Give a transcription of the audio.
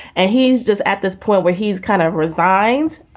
and he's just at this point where he's kind of resigns,